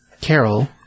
Carol